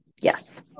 Yes